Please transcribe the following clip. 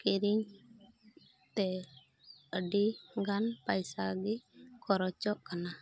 ᱠᱤᱨᱤᱧ ᱠᱟᱛᱮ ᱟᱹᱰᱤᱜᱟᱱ ᱯᱚᱭᱥᱟ ᱜᱮ ᱠᱷᱚᱨᱚᱪᱚᱜ ᱠᱟᱱᱟ